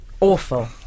awful